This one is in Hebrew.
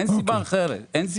אין סיבה שלא.